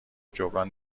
جبران